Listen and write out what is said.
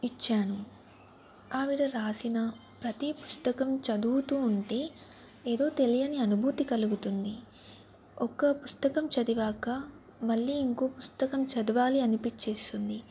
ఇచ్చాను ఆవిడ వ్రాసిన ప్రతీ పుస్తకం చదువుతూ ఉంటే ఏదో తెలియని అనుభూతి కలుగుతుంది ఒక్క పుస్తకం చదివాక మళ్ళీ ఇంకో పుస్తకం చదవాలి అనిపించేస్తుంది